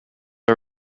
are